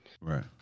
right